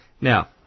Now